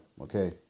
Okay